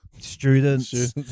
students